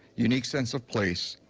unique sense of place,